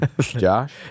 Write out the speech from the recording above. Josh